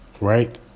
right